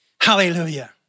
Hallelujah